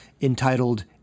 entitled